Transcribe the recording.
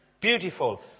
Beautiful